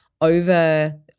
over